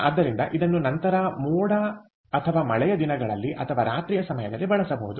ಆದ್ದರಿಂದ ಇದನ್ನು ನಂತರ ಮೋಡ ಅಥವಾ ಮಳೆಯ ದಿನಗಳಲ್ಲಿ ಅಥವಾ ರಾತ್ರಿಯ ಸಮಯದಲ್ಲಿ ಬಳಸಬಹುದು